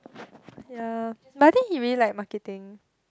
ya but I think he really like marketing